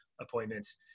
appointments